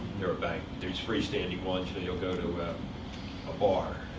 they're a bank. these freestanding ones you know, you'll go to a bar,